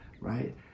right